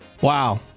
Wow